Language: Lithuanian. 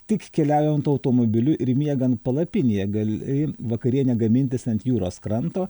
tik keliaujant automobiliu ir miegant palapinėje gali vakarienę gamintis ant jūros kranto